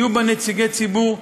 יהיו בה נציגי ציבור,